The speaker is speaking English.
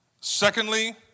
Secondly